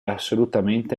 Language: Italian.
assolutamente